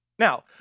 Now